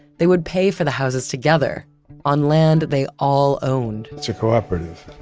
they would pay for the houses together on land they all own it's a cooperative.